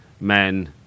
men